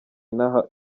inaha